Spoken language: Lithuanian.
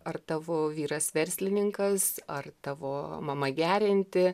ar tavo vyras verslininkas ar tavo mama gerianti